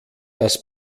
das